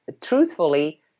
truthfully